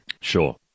Sure